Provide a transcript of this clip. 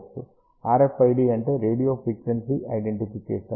RFID అంటే radio frequency identification